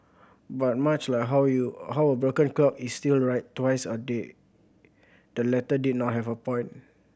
but much like how you how a broken clock is still right twice a day the letter did not have a point